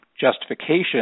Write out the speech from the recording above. justification